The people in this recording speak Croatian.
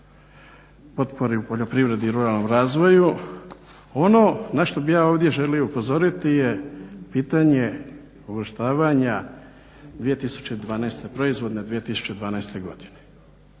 potpori u poljoprivredi i ruralnom razvoju ono na što bih ja ovdje želio upozoriti je pitanje uvrštavanja 2012. godine.